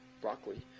broccoli